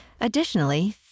Additionally